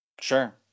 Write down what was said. Sure